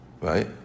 Right